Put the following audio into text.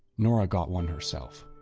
nora got one herself.